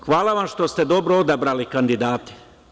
Hvala vam što ste dobro odabrali kandidate.